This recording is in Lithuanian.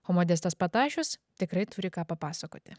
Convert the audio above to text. o modestas patašius tikrai turi ką papasakoti